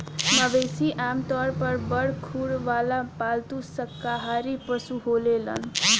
मवेशी आमतौर पर बड़ खुर वाला पालतू शाकाहारी पशु होलेलेन